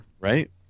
Right